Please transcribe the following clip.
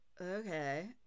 Okay